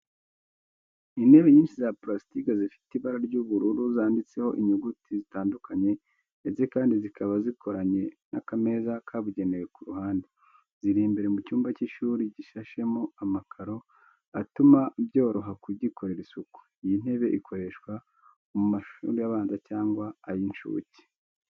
Intebe nyinshi za pulasitike zifite ibara ry'ubururu zanditseho inyuguti zitandukanye, ndetse kandi zikaba zikoranye n’akameza kabugenewe ku ruhande. Ziri imbere mu cyumba cy'ishuri gishashemo amakaro atuma byoroha kugikorera isuku. Iyi ntebe ikoreshwa mu mashuri abanza cyangwa ay'incuke.